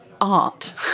art